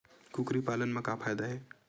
कुकरी पालन म का फ़ायदा हे?